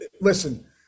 listen